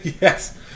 Yes